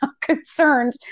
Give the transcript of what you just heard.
concerned